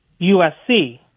USC